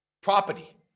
property